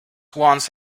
once